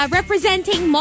Representing